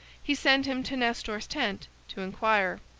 he sent him to nestor's tent to inquire.